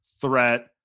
threat